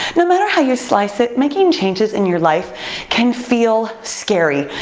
no matter how you slice it, making changes in your life can feel scary.